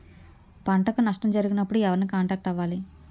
పంటకు నష్టం జరిగినప్పుడు ఎవరిని కాంటాక్ట్ అవ్వాలి?